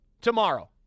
tomorrow